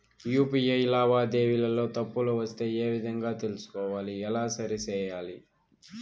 UPI లావాదేవీలలో తప్పులు వస్తే ఏ విధంగా తెలుసుకోవాలి? ఎలా సరిసేయాలి?